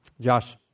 Josh